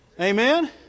Amen